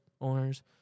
owners